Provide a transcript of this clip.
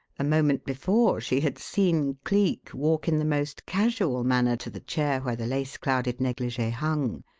a moment before, she had seen cleek walk in the most casual manner to the chair where the lace-clouded negligee hung,